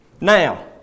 Now